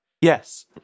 Yes